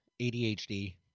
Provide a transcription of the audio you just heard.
ADHD